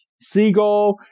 seagull